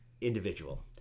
individual